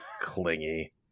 clingy